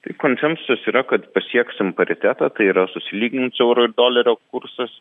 tai konsensusas yra kad pasieksim paritetą tai yra susilygins euro ir dolerio kursas